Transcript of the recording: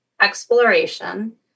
exploration